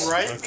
Right